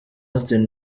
austin